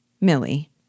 Millie